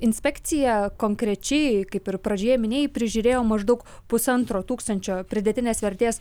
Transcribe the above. inspekcija konkrečiai kaip ir pradžioje minėjai prižiūrėjo maždaug pusantro tūkstančio pridėtinės vertės